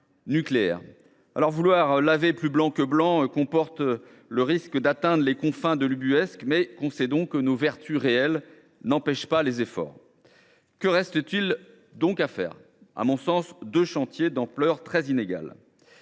Vouloir « laver plus blanc que blanc » comporte le risque d’atteindre les confins de l’ubuesque, mais concédons que nos vertus réelles n’empêchent pas les efforts. Que reste t il donc à faire ? À mon sens, deux chantiers d’ampleurs très inégales.